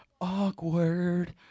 Awkward